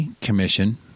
commission